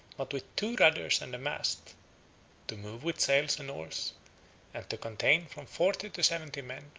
but with two rudders and a mast to move with sails and oars and to contain from forty to seventy men,